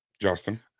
Justin